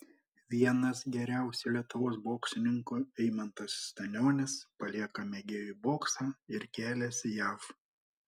vienas geriausių lietuvos boksininkų eimantas stanionis palieką mėgėjų boksą ir keliasi jav